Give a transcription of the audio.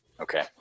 Okay